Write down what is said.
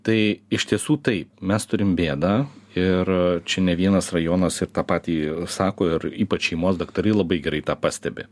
tai iš tiesų taip mes turim bėdą ir čia ne vienas rajonas ir tą patį sako ir ypač šeimos daktarai labai gerai tą pastebi